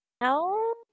No